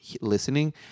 listening